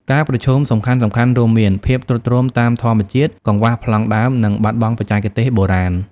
ការប្រឈមសំខាន់ៗរួមមាន ភាពទ្រុឌទ្រោមតាមធម្មជាតិ កង្វះប្លង់ដើម និងបាត់បង់បច្ចេកទេសបុរាណ។